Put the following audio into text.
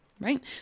Right